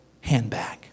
handbag